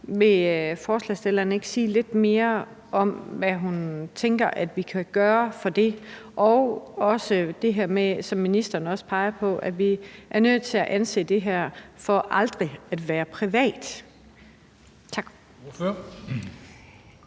for forslagsstillerne ikke sige lidt mere om, hvad hun tænker, at vi kan gøre for det? Det gælder også det, som ministeren peger på, med, at vi er nødt til at anse det her for aldrig at være privat. Tak.